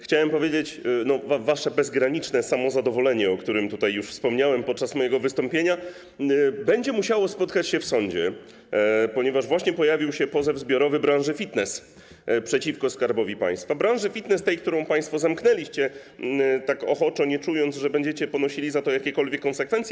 Chciałbym powiedzieć, że wasze bezgraniczne samozadowolenie, o którym tutaj już wspomniałem podczas mojego wystąpienia, będzie musiało spotkać się w sądzie, ponieważ właśnie pojawił się pozew zbiorowy branży fitness przeciwko Skarbowi Państwa, branży fitness, którą państwo zamknęliście tak ochoczo, nie czując, że będziecie ponosili za to jakiekolwiek konsekwencje.